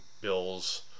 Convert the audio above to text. bills